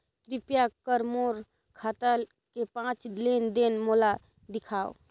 कृपया कर मोर खाता के पांच लेन देन मोला दिखावव